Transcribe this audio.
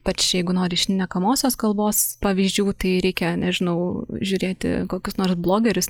ypač jeigu nori šnekamosios kalbos pavyzdžių tai reikia nežinau žiūrėti kokius nors blogerius